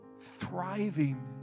thriving